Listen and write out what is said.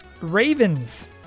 Ravens